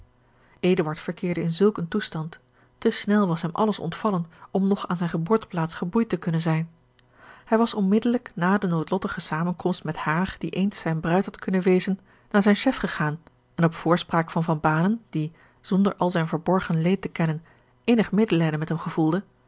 verkeerde in zulk een toestand te snel was hem alles ontvallen om nog aan zijne geboorteplaats geboeid te kunnen zijn hij was onmiddellijk na de noodlottige zamenkomst met haar die eens zijne bruid had kunnen wezen naar zijn chef gegaan en op voorspraak van van banen die zonder al zijn verborgen leed te kennen innig medelijden met hem gevoelde